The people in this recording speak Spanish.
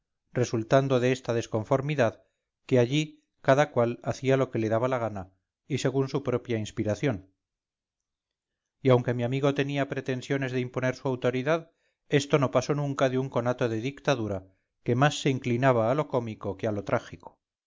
resultando de esta desconformidad que allí cada cual hacía lo que le daba la gana y según su propia inspiración y aunque mi amigo tenía pretensiones de imponer su autoridad esto no pasó nunca de un conato de dictadura que más se inclinaba a lo cómico que a lo trágico